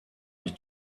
his